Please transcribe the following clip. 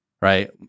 right